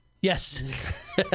Yes